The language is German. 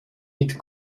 mit